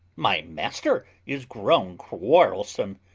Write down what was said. my master is grown quarrelsome.